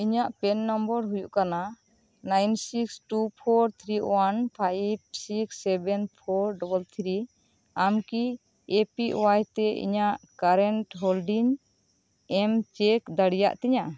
ᱤᱧᱟᱹᱜ PIN number ᱦᱩᱭᱩᱜ ᱠᱟᱱᱟ nine six two four three one five six seven four double three ᱟᱢ ᱠᱤ ᱮ ᱯᱤ ᱳᱣᱟᱭ ᱛᱮ ᱤᱧᱟᱜ ᱠᱟᱨᱮᱸᱴ ᱦᱳᱞᱰᱤᱝ ᱮᱢ ᱪᱮᱠ ᱫᱟᱲᱮᱭᱟᱜ ᱛᱤᱧᱟ